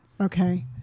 Okay